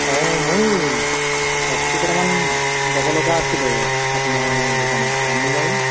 অঁ মোৰ বস্তু কেইটামান ল'ব লগা আছিলে আপোনাৰ দোকানত পামনে বাৰু